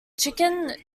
chicken